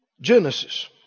Genesis